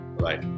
Bye